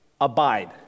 abide